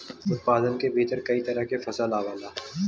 उत्पादन के भीतर कई तरह के फसल आवला